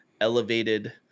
elevated